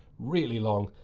really long.